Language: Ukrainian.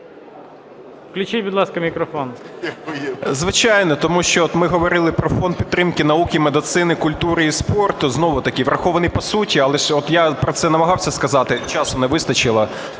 Звичайно. Тому що от ми говорили про фонд підтримки науки, медицини, культури і спорту. Знову-таки врахований по суті. А от я про це намагався сказати, часу не вистачило,